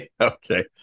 okay